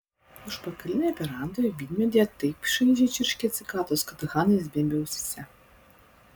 užpakalinėje verandoje vynmedyje taip šaižiai čirškė cikados kad hanai zvimbė ausyse